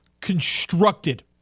constructed